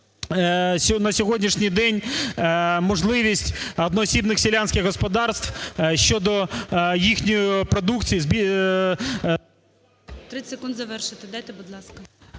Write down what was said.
на сьогоднішній день можливість одноосібних селянських господарств щодо їхньої продукції…